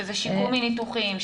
שזה שיקום מניתוחים,